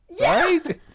right